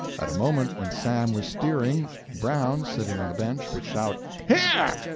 at a moment when sam was steering, brown, sitting on the bench, would shout here!